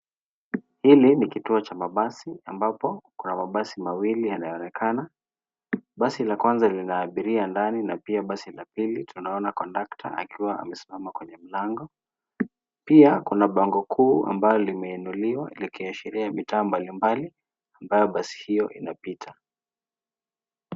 Hili ni kituo cha mabasi ambapo kuna mabasi mawili yanayoonekana. Basi la kwanza lina abiria ndani na pia basi la pili tunaona kondukta akiwa amesimama kwenye mlango. Pia kuna bango kuu ambalo limeinuliwa likiashiria mitaa mbali mbali ambayo basi hiyo inapita.